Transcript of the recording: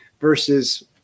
Versus